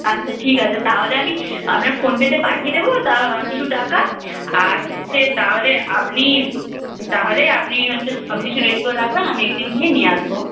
আচ্ছা ঠিক আছে তাহলে আমি আপনার ফোনপেতে পাঠিয়ে দেব তা কিছু টাকা আর হচ্ছে তাহলে আপনি তাহলেই আপনি হচ্ছে সব কিছু রেডি করে রাখবেন আমি এক দিন গিয়ে নিয়ে আসব